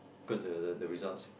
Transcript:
cause the the the results